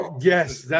Yes